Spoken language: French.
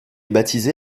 baptisé